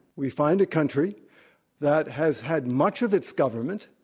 we find a country that has had much of its government,